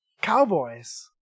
cowboys